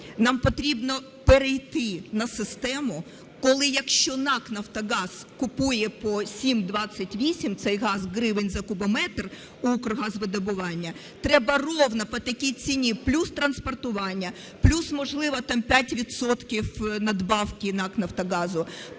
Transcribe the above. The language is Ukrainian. Нам потрібно перейти на систему, коли, якщо НАК "Нафтогаз" купує по 7.28 цей газ гривень за кубометр у Укргазвидобування, треба рівно по такій ціні, плюс транспортування, плюс, можливо, там 5 відсотків надбавки НАК "Нафтогазу",